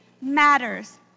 matters